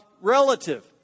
relative